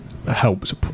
helps